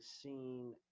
seen